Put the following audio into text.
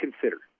consider